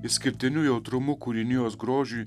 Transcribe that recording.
išskirtiniu jautrumu kūrinijos grožiui